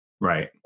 Right